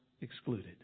excluded